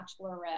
bachelorette